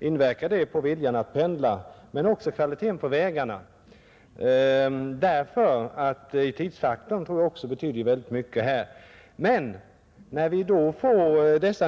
inverkar det på viljan att pendla. Men också kvaliteten på vägarna spelar in, ty tidsfaktorn betyder säkerligen mycket.